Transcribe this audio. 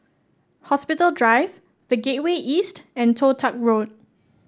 Hospital Drive The Gateway East and Toh Tuck Road